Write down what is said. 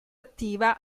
attiva